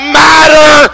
matter